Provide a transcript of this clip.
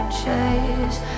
chase